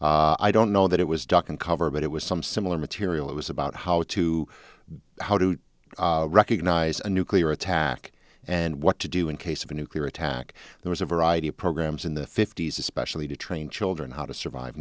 s i don't know that it was duck and cover but it was some similar material it was about how to how to recognize a nuclear attack and what to do in case of a nuclear attack there was a variety of programs in the fifty's especially to train children how to survive